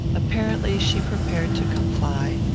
apparently she prepared to comply,